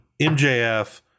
mjf